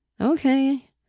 Okay